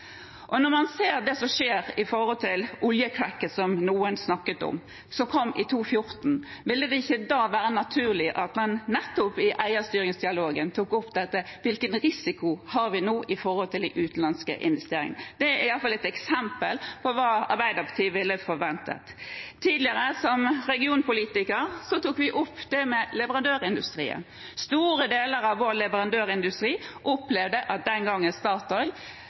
Når man ser det som skjer med tanke på oljekrakket – som noen snakket om – som kom i 2014, ville det ikke da være naturlig at man nettopp i eierstyringsdialogen tok opp dette: Hvilken risiko har vi nå i forhold til de utenlandske investeringene? Det er i hvert fall et eksempel på hva Arbeiderpartiet ville forventet. Som tidligere regionpolitiker tok vi opp dette med leverandørindustrien. Store deler av vår leverandørindustri opplevde den gangen at Statoil